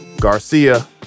Garcia